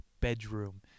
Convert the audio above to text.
bedroom